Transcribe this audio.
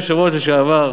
היושב-ראש לשעבר,